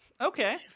okay